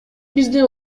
бизди